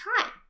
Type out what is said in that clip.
time